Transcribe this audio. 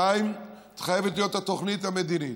2. חייבת להיות תוכנית מדינית,